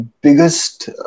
biggest